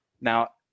Now